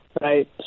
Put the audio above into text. Right